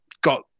got